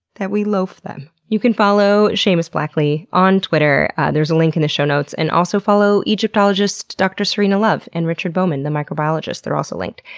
that we loaf them. you can follow seamus blackley on twitter. there's a link in the show notes. and also follow egyptologist dr. serena love and richard bowman, the microbiologist. they're also linked.